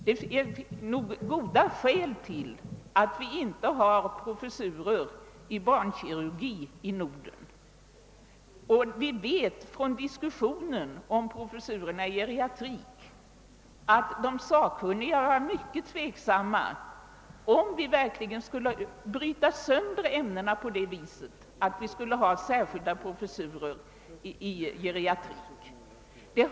Det finns nog goda skäl till att vi inte har professurer i barnkirurgi i Norden, och vi vet från diskussionen om professurerna i geriatrik att de sakkunniga varit mycket tveksamma inför tanken att bryta sönder ämnena på ett sådant sätt som särskilda professurer i detta ämne medför.